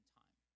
time